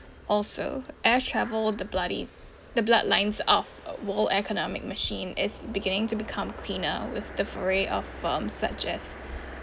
also air travel of the bloody the bloodlines of world economic machine is beginning to become cleaner with the fury of firms such as